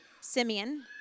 Simeon